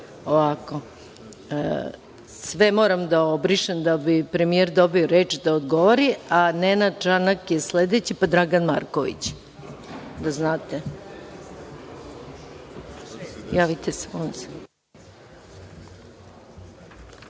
sednicu? Sve moram da obrišem da bi premijer dobio reč da odgovori, a Nenad Čanak je sledeći, pa Dragan Marković. Molim vas, javite se.